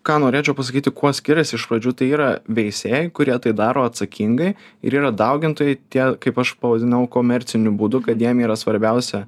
ka norėčiau pasakyti kuo skiriasi iš pradžių tai yra veisėjai kurie tai daro atsakingai ir yra daugintojai tiek kaip aš pavadinau komerciniu būdu kad jiem yra svarbiausia